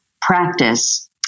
practice